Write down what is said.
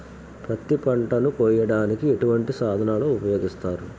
పత్తి పంటను కోయటానికి ఎటువంటి సాధనలు ఉపయోగిస్తారు?